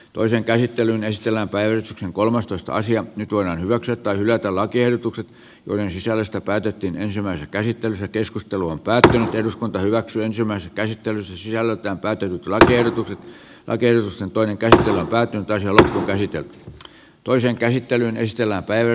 toisen käsittelyn estellä päivystyksen kolmastoista sija nyt voidaan hyväksyä tai hylätä lakiehdotukset joiden sisällöstä päätettiin ensimmäisessä käsittelyssä keskustelua päätä eduskunta hyväksyi ensimmäisen käsittelyn jälkeen päätynyt lakiehdotuksen adilson toinen käy väkeä jolle esityöt toisen käsittelyn estellä päivän